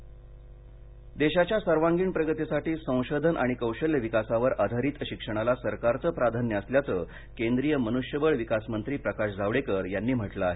sound bite Javadekar Jalna देशाच्या सर्वांगीण प्रगतीसाठी संशोधन आणि कौशल्य विकासावर आधारित शिक्षणाला सरकारचं प्राधान्य असल्याचं केंद्रीय मन्ष्यबळ विकास मंत्री प्रकाश जावडेकर यांनी म्हटलं आहे